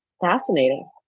Fascinating